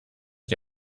die